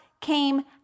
came